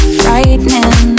frightening